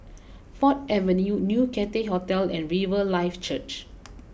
Ford Avenue new Cathay Hotel and Riverlife Church